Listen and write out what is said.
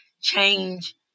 change